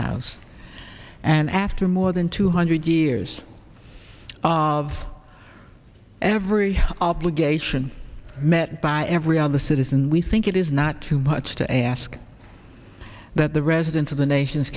house and after more than two hundred years of every obligation met by every other citizen we think it is not too much to ask that the residents of the nation's